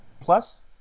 plus